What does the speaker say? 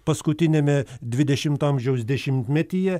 paskutiniame dvidešimto amžiaus dešimtmetyje